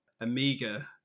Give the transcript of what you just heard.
amiga